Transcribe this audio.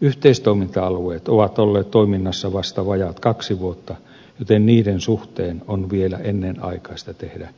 yhteistoiminta alueet ovat olleet toiminnassa vasta vajaat kaksi vuotta joten niiden suhteen on vielä ennenaikaista tehdä